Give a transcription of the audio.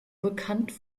bekannt